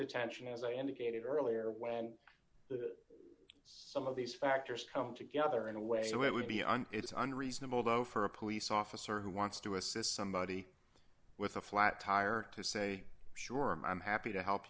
detention as i indicated earlier when the some of these factors come together in a way it would be and it's unreasonable though for a police officer who wants to assist somebody with a flat tire to say sure i'm happy to help